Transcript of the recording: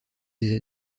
des